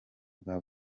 bwa